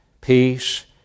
peace